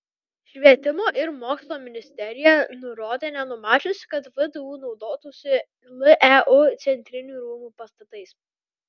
švietimo ir mokslo ministerija nurodė nenumačiusi kad vdu naudotųsi leu centrinių rūmų pastatais